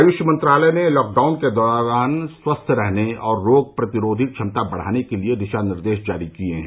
आयुष मंत्रालय ने लॉकडाउन के दौरान स्वस्थ रहने और रोग प्रतिरोधी क्षमता बढ़ाने के लिए दिशा निर्देश जारी किए हैं